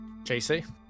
JC